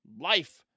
life